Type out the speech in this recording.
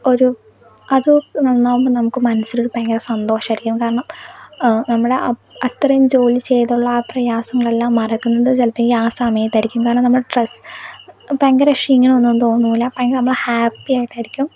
ഒരു അത് നന്നാകുമ്പോൾ നമുക്ക് ഒരു മനസ്സിൽ ഒരു ഭയങ്കര സന്തോഷമായിരിക്കും കാരണം നമ്മുടെ അത്രയും ജോലി ചെയ്തുള്ള ആ പ്രയാസങ്ങളെല്ലാം മറക്കുന്നത് ചിലപ്പോൾ ആ സമയത്തായിരിക്കും കാരണം നമ്മൾ സ്ട്രെസ് ഭയങ്കര ക്ഷീണം ഒന്നും തോന്നൂല്ല ഭയങ്കര നമ്മൾ ഹാപ്പിയായിട്ടായിരിക്കും